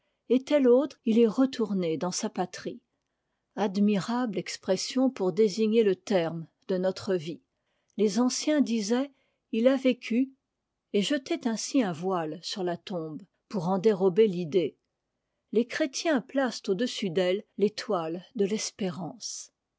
am re il est omrke dans sa patrie admirable expression pour désigner le terme de notre vie les anciens disaient il a vécu et jetaient ainsi un voile sur la tombe pour en dérober l'idée les chrétiens placent au-dessus d'elle l'étoile de l'espérance